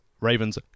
Raven's